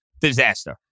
disaster